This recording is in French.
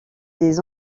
des